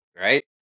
right